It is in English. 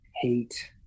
hate